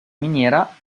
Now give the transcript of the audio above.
miniera